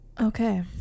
Okay